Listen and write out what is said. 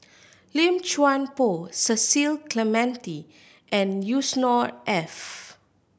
Lim Chuan Poh Cecil Clementi and Yusnor Ef